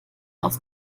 aus